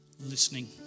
listening